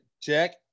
Jack